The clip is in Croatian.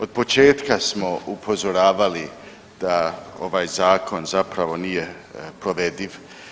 Od početka smo upozoravali da ovaj Zakon zapravo nije provediv.